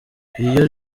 iyo